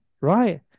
right